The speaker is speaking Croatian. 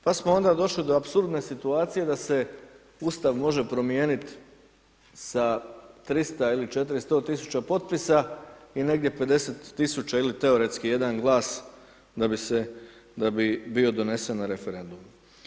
Pa smo onda došli do apsurdne situacije da se Ustav može promijenit sa 300 ili 400 tisuća potpisa i negdje 50.000 ili teoretski 1 glas da bi se da bi bio donesen na referendumu.